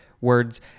words